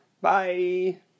Bye